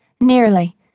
Nearly